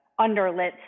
underlit